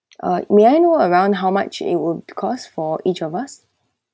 uh may I know around how much it would cost for each of us